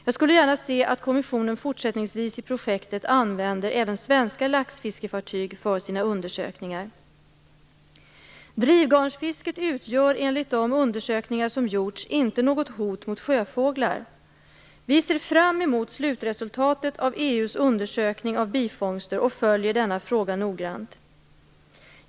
Jag skulle gärna se att kommissionen fortsättningsvis i projektet använder även svenska laxfiskefartyg för sina undersökningar. Drivgarnsfisket utgör enligt de undersökningar som gjorts inte något hot mot sjöfåglar. Vi ser fram emot slutresultatet av EU:s undersökning av bifångster och följer denna fråga noggrant.